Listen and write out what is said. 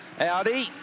Audi